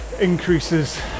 increases